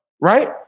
right